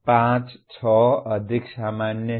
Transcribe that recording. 5 6 अधिक सामान्य है